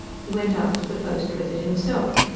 he went out to the post with it himself.